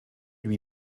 lui